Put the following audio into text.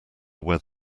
where